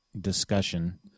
discussion